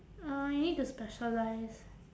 uh you need to specialise